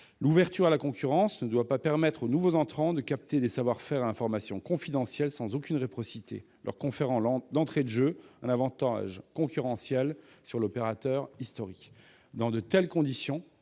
L'ouverture à la concurrence ne doit pas permettre aux nouveaux entrants de récupérer des savoir-faire et des informations confidentielles sans aucune réciprocité, leur conférant d'entrée de jeu un avantage concurrentiel sur l'opérateur historique. Dans de telles conditions,